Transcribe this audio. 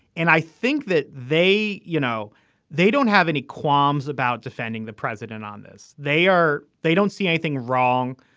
and i think that they you know they don't have any qualms about defending the president on this. they are they don't see anything wrong.